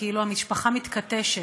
כאילו המשפחה מתכתשת.